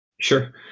Sure